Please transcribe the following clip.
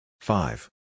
Five